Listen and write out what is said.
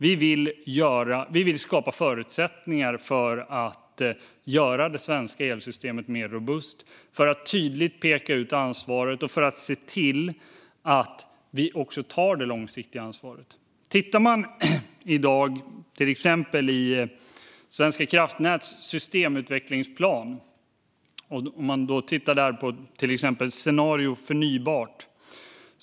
Vi vill skapa förutsättningar för att göra det svenska elsystemet mer robust, tydligt peka ut ansvaret och se till att man tar det långsiktiga ansvaret. Man kan till exempel titta i Svenska kraftnäts systemutvecklingsplan och scenariot gällande förnybart.